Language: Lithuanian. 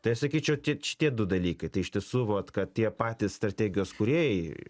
tai aš sakyčiau tie šitie du dalykai tai iš tiesų vat kad tie patys strategijos kūrėjai